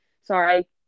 sorry